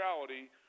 neutrality